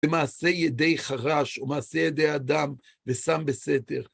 ומעשה ידי חרש ומעשה ידי אדם ושם בסתר.